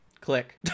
Click